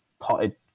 potted